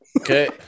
Okay